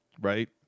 right